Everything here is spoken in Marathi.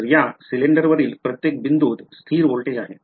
तर या सिलेंडरवरील प्रत्येक बिंदूत स्थिर व्होल्टेज आहे